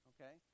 Okay